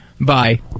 Bye